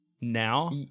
now